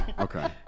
okay